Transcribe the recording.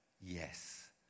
Yes